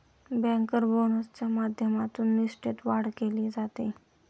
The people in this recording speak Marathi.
बँकर बोनसच्या माध्यमातून निष्ठेत वाढ केली जाते